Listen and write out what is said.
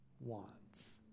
wants